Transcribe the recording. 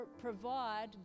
provide